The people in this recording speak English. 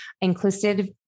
inclusive